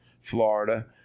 Florida